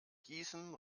gießen